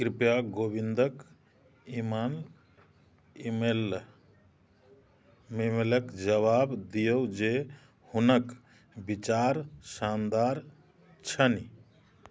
कृपया गोविन्दक ईमान ई मेल ईमेलक जवाब दिऔ जे हुनक विचार शानदार छनि